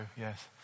yes